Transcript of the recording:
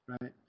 right